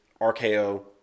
RKO